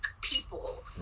people